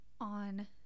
on